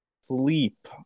sleep